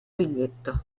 biglietto